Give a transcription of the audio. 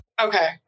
Okay